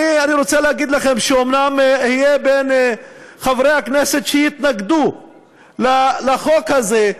אני רוצה להגיד לכם שאומנם אהיה בין חברי הכנסת שיתנגדו לחוק הזה,